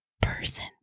person